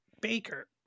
Baker